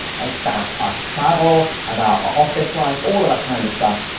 about our travel, about our office life, all of that kind of stuff,